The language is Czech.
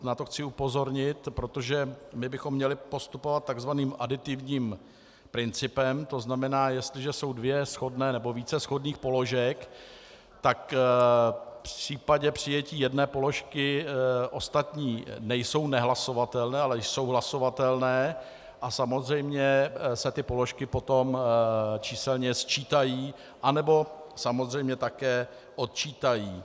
Na to chci upozornit, protože my bychom měli postupovat takzvaným aditivním principem, to znamená, jestliže jsou dvě shodné nebo více shodných položek, tak v případě přijetí jedné položky ostatní nejsou nehlasovatelné, ale jsou hlasovatelné a ty položky se potom číselně sčítají, nebo také odčítají.